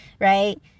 right